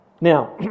Now